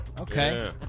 Okay